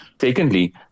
secondly